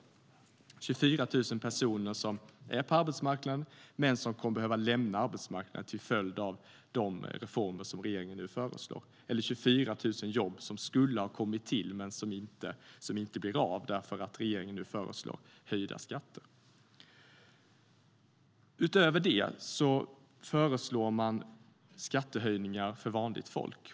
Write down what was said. Det är 24 000 personer som är på arbetsmarknaden men som kommer att behöva lämna arbetsmarknaden till följd av de reformer som regeringen nu föreslår eller 24 000 jobb som skulle ha kommit till men som inte blir av därför att regeringen nu föreslår höjda skatter. Utöver det föreslår man skattehöjningar för vanligt folk.